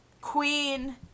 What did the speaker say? queen